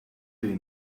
they